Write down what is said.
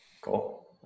Cool